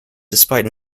despite